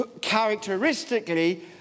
characteristically